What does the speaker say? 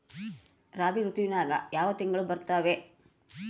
ರಾಬಿ ಋತುವಿನ್ಯಾಗ ಯಾವ ತಿಂಗಳು ಬರ್ತಾವೆ?